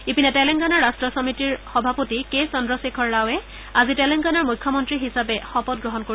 ইপিনে তেলেংগানা ৰাট্ট সমিতিৰ সভাপতি কে চন্দ্ৰশেখৰ ৰাৱে আজি তেলেংগানাৰ মুখ্যমন্ত্ৰী হিচাপে শপত গ্ৰহণ কৰে